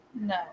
No